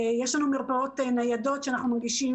יש לנו מרפאות ניידות שאנחנו מגישים